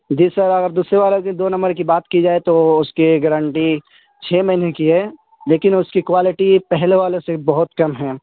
جی sir اگر دوسرے والے کی دو نمبر کی بات کی جائے تو اس کی گارنٹی چھ مہینے کی ہے لیکن اس کی کوائلٹی پہلے والے سے بہت کم ہیں